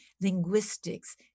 linguistics